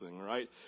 right